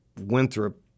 Winthrop